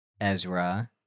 Ezra